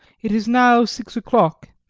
it is now six o'clock,